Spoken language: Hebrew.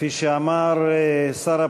כפי שאמר שר הפנים,